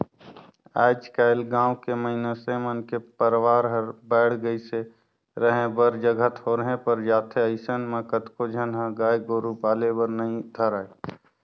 आयज कायल गाँव के मइनसे मन के परवार हर बायढ़ गईस हे, रहें बर जघा थोरहें पर जाथे अइसन म कतको झन ह गाय गोरु पाले बर नइ धरय